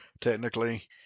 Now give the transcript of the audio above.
technically